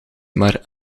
maar